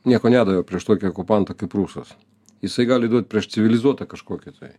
nieko nedavė prieš tokį okupantą kaip prūsuose jisai gali duot prieš civilizuotą kažkokį tai